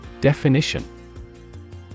Definition